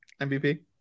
MVP